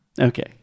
Okay